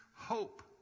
Hope